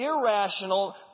irrational